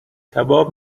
کباب